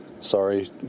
sorry